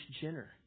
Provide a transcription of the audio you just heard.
Jenner